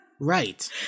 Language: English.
Right